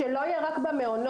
שלא יהיה רק במעונות.